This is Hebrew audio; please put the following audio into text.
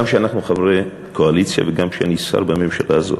גם כשאנחנו חברי קואליציה וגם כשאני שר בממשלה הזאת.